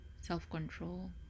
self-control